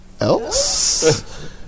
else